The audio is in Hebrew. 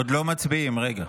עוד לא מצביעים, רגע.